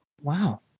Wow